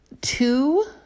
two